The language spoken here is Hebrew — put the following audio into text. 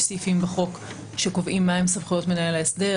יש סעיפים בחוק שקובעים מה הם סמכויות מנהל ההסדר,